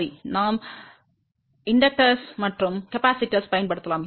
சரி நாம் தூண்டிகள் மற்றும் மின்தேக்கியைப் பயன்படுத்தலாம்